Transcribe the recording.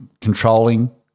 controlling